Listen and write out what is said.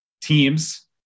teams